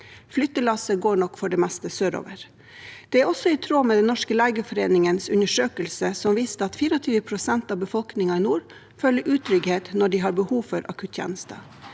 Flyttelassene går nok for det meste sørover. Det er også i tråd med Den norske legeforeningens undersøkelse som viste at 24 pst. av befolkningen i nord føler utrygghet når de har behov for akuttjenester.